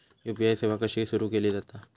UPI सेवा कशी सुरू केली जाता?